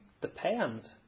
depend